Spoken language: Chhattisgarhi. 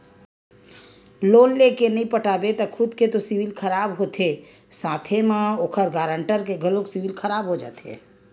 लोन लेय के नइ पटाबे त खुद के तो सिविल खराब होथे साथे म ओखर गारंटर के घलोक सिविल खराब हो जाथे